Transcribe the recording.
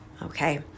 Okay